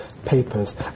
Papers